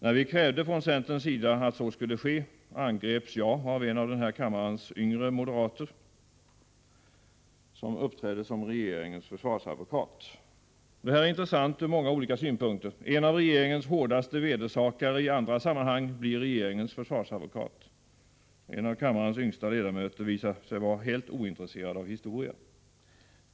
När vi från centerpartiet krävde att så skulle ske angreps jag av en av denna kammares yngre moderater, som uppträdde som regeringens försvarsadvokat. Det här är intressant ur många olika synpunkter. En av regeringens hårdaste vedersakare i andra sammanhang blir regeringens försvarsadvokat. En av kammarens yngsta ledamöter visar sig vara helt ointresserad av historia.